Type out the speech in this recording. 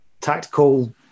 tactical